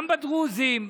גם בדרוזיים,